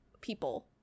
people